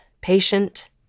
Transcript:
patient